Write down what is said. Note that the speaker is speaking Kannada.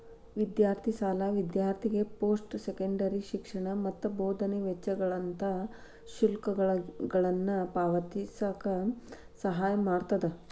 ವಿದ್ಯಾರ್ಥಿ ಸಾಲ ವಿದ್ಯಾರ್ಥಿಗೆ ಪೋಸ್ಟ್ ಸೆಕೆಂಡರಿ ಶಿಕ್ಷಣ ಮತ್ತ ಬೋಧನೆ ವೆಚ್ಚಗಳಂತ ಶುಲ್ಕಗಳನ್ನ ಪಾವತಿಸಕ ಸಹಾಯ ಮಾಡ್ತದ